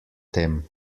tem